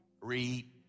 Read